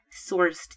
sourced